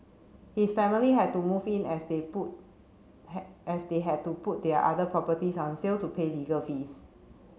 his family had to move in as they put as they had to put their other properties on sale to pay legal fees